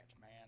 man